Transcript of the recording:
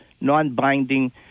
non-binding